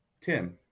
tim